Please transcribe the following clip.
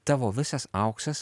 tavo visas auksas